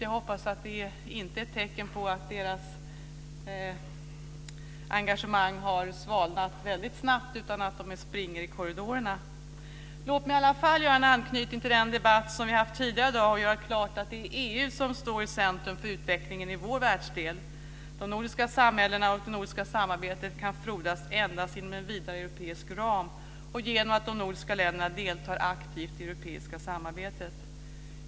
Jag hoppas att det inte är tecken på att deras engagemang har svalnat snabbt utan att det är för att de springer i korridorerna. Låt mig i alla fall göra en anknytning till den debatt vi har haft tidigare i dag och göra klart att det är EU som står i centrum för utvecklingen i vår världsdel. De nordiska samhällena och det nordiska samarbetet kan frodas endast inom en vidare europeisk ram och genom att de nordiska länderna deltar aktivt i det europeiska samarbetet.